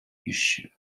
issue